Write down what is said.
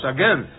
Again